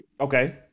okay